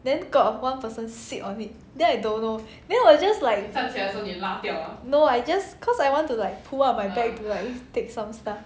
then got one person sit on it then I don't know then I was just like no I just cause I want to like pull up my bag to like to take some stuff